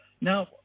now